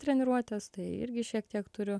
treniruotes tai irgi šiek tiek turiu